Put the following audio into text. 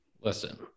Listen